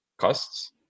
costs